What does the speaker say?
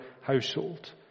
household